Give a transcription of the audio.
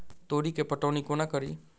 तोरी केँ पटौनी कोना कड़ी?